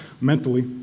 mentally